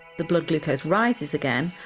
the blood glucose rises again,